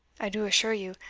i do assure you,